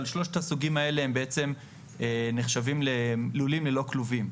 אבל שלושת הסוגים האלה הם בעצם נחשבים ללולים ללא כלובים.